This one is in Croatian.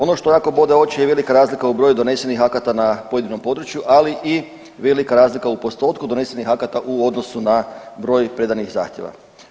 Ono što jako bode oči je velika razlika u broju donesenih akata na pojedinom području, ali i velika razlika u postotku donesenih akata u odnosu na broj predanih zahtjeva.